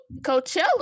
Coachella